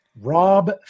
Rob